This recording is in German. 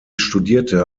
studierte